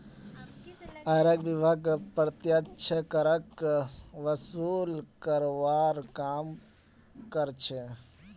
आयकर विभाग प्रत्यक्ष करक वसूल करवार काम कर्छे